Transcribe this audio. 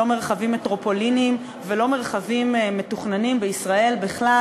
לא מרחבים מטרופוליניים ולא מרחבים מתוכננים בישראל בכלל,